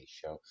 show